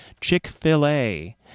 Chick-fil-A